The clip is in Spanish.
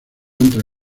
entre